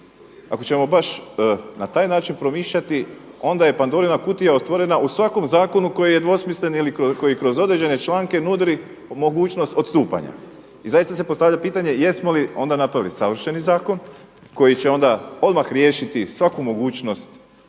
Ako ćemo baš na taj način promišljati onda je Pandorina kutija otvorena u svakom zakonu koji je dvosmislen ili koji kroz određene članke nudi mogućnost odstupanja. I zaista se postavlja pitanje jesmo li onda napravili savršeni zakon koji će onda odmah riješiti svaku mogućnost